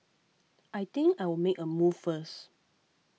I think I'll make a move first